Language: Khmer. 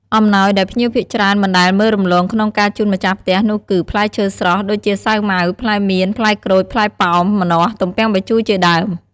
អំណោយដែលភ្ញៀវភាគច្រើនមិនដែលមើលរំលងក្នុងការជូនម្ចាស់ផ្ទះនោះគឺផ្លែឈើស្រស់ ដូចជាសាវម៉ាវ ផ្លែមៀន ផ្លែក្រូច ផ្លែប៉ោម ម្នាស់ ទំពាំងបាយជូរជាដើម។